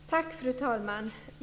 Fru talman!